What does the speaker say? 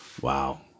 Wow